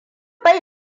bai